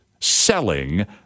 Selling